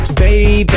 baby